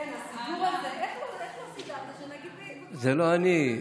אין, הסידור הזה, איך לא סידרת שנגיד, זה לא אני.